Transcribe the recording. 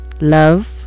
Love